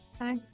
Hi